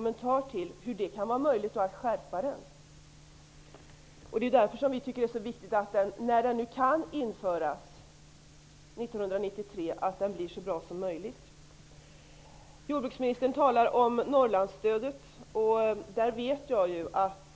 Men när den nu kan införas 1993 tycker vi att det är viktigt att den också blir så bra som möjligt. Hur det då kan vara möjligt att skärpa den vill jag gärna ha en kommentar till. Jag vet att